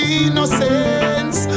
innocence